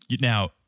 Now